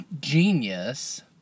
genius